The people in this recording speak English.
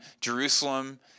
Jerusalem